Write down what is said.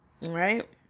right